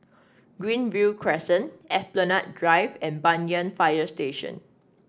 Greenview Crescent Esplanade Drive and Banyan Fire Station